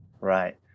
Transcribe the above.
Right